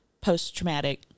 post-traumatic